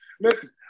Listen